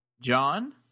John